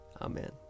Amen